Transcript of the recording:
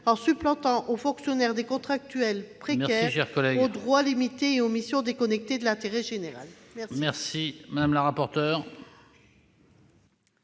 en substituant aux fonctionnaires des contractuels précaires, aux droits limités et aux missions déconnectées de l'intérêt général. Quel